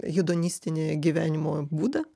judonistinį gyvenimo būdą